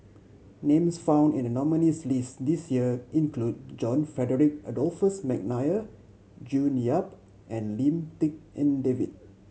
names found in the nominees' list this year include John Frederick Adolphus McNair June Yap and Lim Tik En David